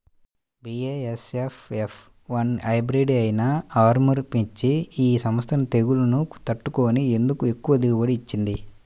BASF F one hybrid అయినా ఆర్ముర్ మిర్చి ఈ సంవత్సరం తెగుళ్లును తట్టుకొని ఎందుకు ఎక్కువ దిగుబడి ఇచ్చింది?